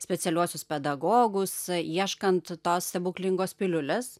specialiuosius pedagogus ieškant tos stebuklingos piliulės